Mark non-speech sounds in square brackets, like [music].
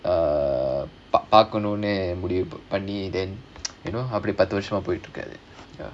ah பாக்கணும்னு முடிவு பண்ணி:paakkanumnu mudivu panni then [noise] you know அப்டி பத்து வருஷமா போய்ட்ருக்குது:apdi pathu varushamaa poitrukuthu